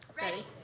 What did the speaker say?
Ready